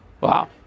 Wow